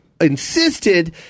insisted